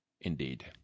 Indeed